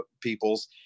peoples